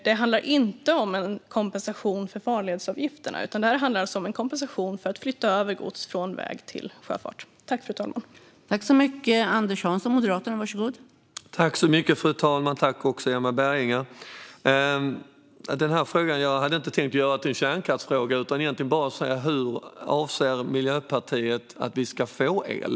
Det handlar inte om en kompensation för farledsavgifterna, utan det handlar om en kompensation för att man flyttar över gods från väg till sjöfart, fru talman.